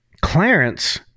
Clarence